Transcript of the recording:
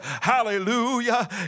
Hallelujah